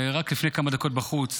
רק לפני כמה דקות בחוץ